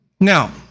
now